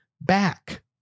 back